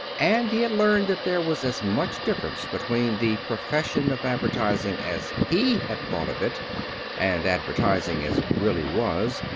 and he had learned that there was as much difference between the profession of advertising as he had thought of it and advertising as it really was,